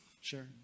sure